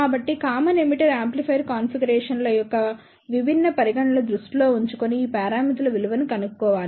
కాబట్టి common emitter amplifier కాన్ఫిగరేషన్ల యొక్క విభిన్న పరిగణనలను దృష్టిలో ఉంచుకుని ఈ పారామితుల విలువను ఎన్నుకోవాలి